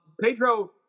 Pedro